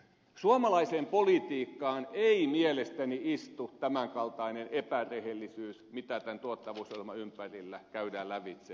suomalaiseen politiikkaan ei mielestäni istu tämän kaltainen epärehellisyys mitä tämän tuottavuusohjelman ympärillä käydään lävitse